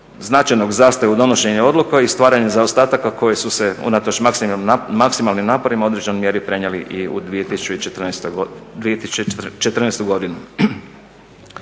značajnog zastoja u donošenju odluka i stvaranje zaostataka koji su se unatoč maksimalnim naporima u određenoj mjeri prenijeli i u 2014. godinu.